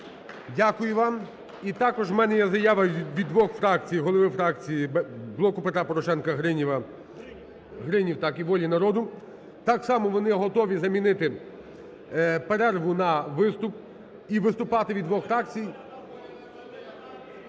Дякую вам. І також в мене є заява від двох фракцій: голови фракції "Блоку Петра Порошенка" Гриніва і "Волі народу". Так само вони готові замінити перерву на виступ. І виступати від двох фракцій...